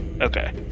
Okay